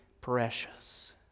precious